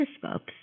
telescopes